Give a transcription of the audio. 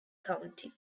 county